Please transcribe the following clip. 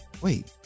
wait